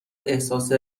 احساس